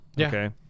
okay